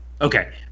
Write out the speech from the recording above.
okay